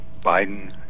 Biden